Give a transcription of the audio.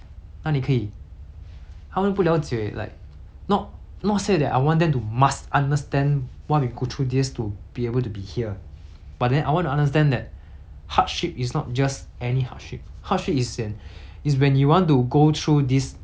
not not say that I want them to must understand why we go through this to be able to be here but then I want to understand that hardship is not just any hardship hardship is an is when you want to go through this like difficult situation yourself